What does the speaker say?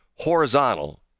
horizontal